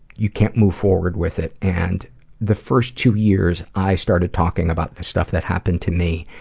you can't move forward with it, and the first two years i started talking about the stuff that happened to me,